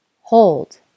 Hold